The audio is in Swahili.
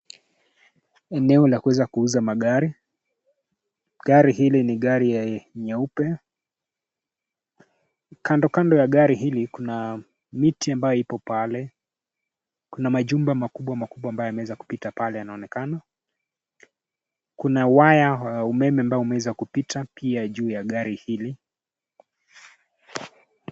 Eneo la kuweza kuuza magari. Gari hili ni gari nyeupe. Kandokando ya gari hili kuna miti ambayo iko pale kuna majumba makubwa makubwa ambaye yameweza kupita pale yanaonekana. Kuna waya ya umeme ambao umeweza kupita pia juu ya gari hili.